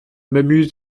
m’amuse